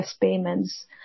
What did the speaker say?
payments